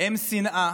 הוא שנאה